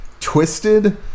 twisted